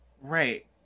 Right